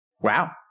wow